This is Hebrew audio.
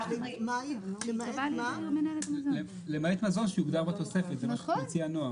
למעט מזון שיוגדר בתוספת, זה מה שמציעה נעם.